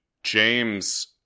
James